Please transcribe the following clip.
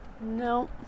No